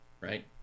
right